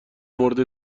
مورد